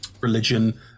religion